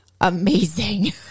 amazing